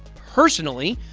personally,